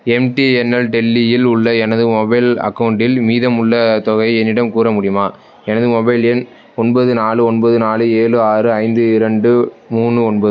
MTNL டெல்லியில் உள்ள எனது மொபைல் அக்கௌண்ட்டில் மீதம் உள்ள தொகையை என்னிடம் கூற முடியுமா எனது மொபைல் எண் ஒன்பது நாலு ஒன்பது நாலு ஏழு ஆறு ஐந்து இரண்டு மூணு ஒன்பது